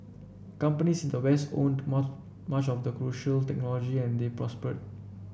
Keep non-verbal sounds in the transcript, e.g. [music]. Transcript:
companies in the west owned [unintelligible] much of the crucial technology and they prospered